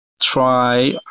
try